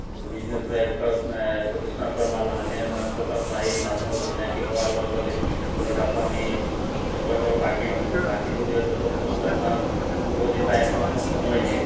business এক প্ৰতিষ্ঠানৰ পৰা মাল আনি আনি আন আহি মানুহৰ লগত চিনাকি হোৱাৰ লগে লগে ধৰি লওক তাৰপৰা আমি এক লাখ টকা বাকীও আনিলোঁ বাকীটো দিয়া ধৰি লওক আপোনাৰ পোন্ধৰ দিন বা একমাহ সময় দিয়ে